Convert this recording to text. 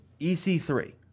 EC3